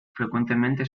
frecuentemente